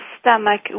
stomach